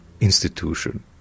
institution